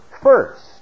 first